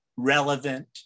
Relevant